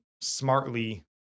smartly